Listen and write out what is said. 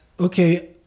okay